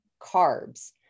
carbs